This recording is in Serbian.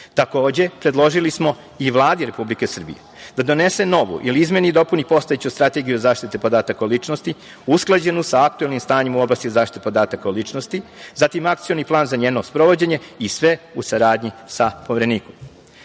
predložili smo i Vladi Republike Srbije da donese novu ili izmeni i dopunu postojeću Strategiju zaštite podataka o ličnosti, usklađenu sa aktuelnim stanjem u oblasti zaštite podataka o ličnosti, zatim akcioni plan za njeno sprovođenje i sve u saradnji sa Poverenikom,